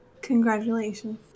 Congratulations